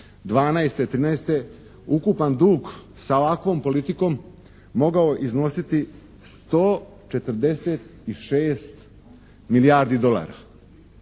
2012., 2013. ukupan dug sa ovakvom politikom mogao iznositi 146 milijardi dolara.